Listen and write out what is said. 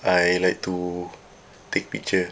I like to take picture